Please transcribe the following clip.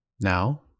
Now